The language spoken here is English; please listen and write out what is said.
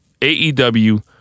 AEW